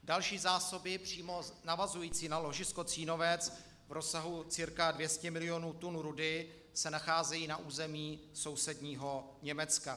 Další zásoby přímo navazující na ložisko Cínovec v rozsahu cca 200 milionů tun rudy se nacházejí na území sousedního Německa.